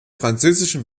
französischen